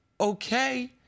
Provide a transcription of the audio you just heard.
Okay